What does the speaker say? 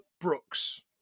Brooks